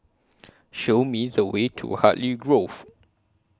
Show Me The Way to Hartley Grove